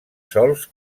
sols